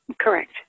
correct